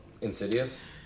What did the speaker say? Insidious